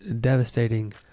devastating